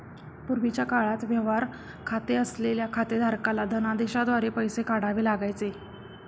पूर्वीच्या काळात व्यवहार खाते असलेल्या खातेधारकाला धनदेशाद्वारे पैसे काढावे लागायचे